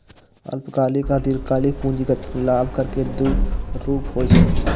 अल्पकालिक आ दीर्घकालिक पूंजीगत लाभ कर के दू रूप होइ छै